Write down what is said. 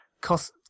cost